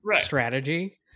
strategy